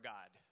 God